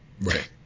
Right